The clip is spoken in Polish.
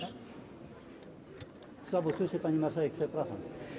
Słabo słyszę, pani marszałek, przepraszam.